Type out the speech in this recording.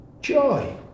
joy